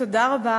תודה רבה.